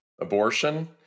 Abortion